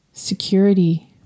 security